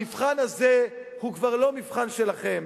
המבחן הזה הוא כבר לא מבחן שלכם.